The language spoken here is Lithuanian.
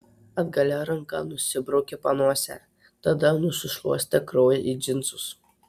atgalia ranka nusibraukė panosę tada nusišluostė kraują į džinsus